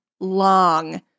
long